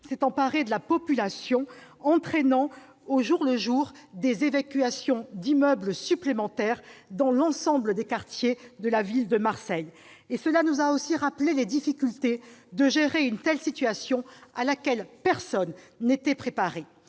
s'était emparée de la population, entraînant au jour le jour des évacuations d'immeubles supplémentaires dans l'ensemble des quartiers de la ville. Il nous a également rappelé les difficultés de gérer une telle situation à laquelle personne n'était préparé.